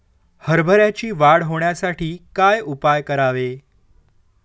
हरभऱ्याची वाढ होण्यासाठी काय उपाय करावे?